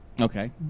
Okay